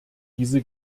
diese